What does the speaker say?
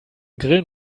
grillen